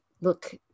look